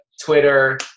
Twitter